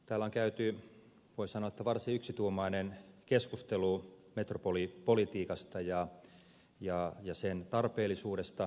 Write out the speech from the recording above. täällä on käyty voi sanoa varsin yksituumainen keskustelu metropolipolitiikasta ja sen tarpeellisuudesta